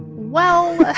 well.